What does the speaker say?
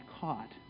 caught